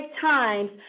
times